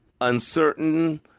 uncertain